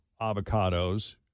avocados